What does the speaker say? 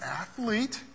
athlete